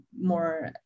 more